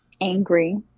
angry